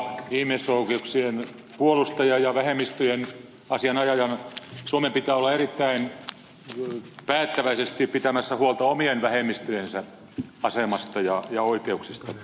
ollakseen uskottava ihmisoikeuksien puolustaja ja vähemmistöjen asianajaja suomen pitää olla erittäin päättäväisesti pitämässä huolta omien vähemmistöjensä asemasta ja oikeuksista